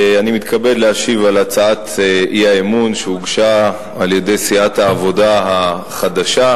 אני מתכבד להשיב על הצעת האי-אמון שהוגשה על-ידי סיעת העבודה החדשה,